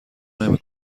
نمی